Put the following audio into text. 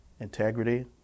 integrity